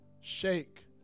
Shake